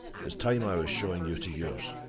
it's time i was showing you to yours,